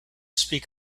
speak